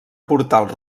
portals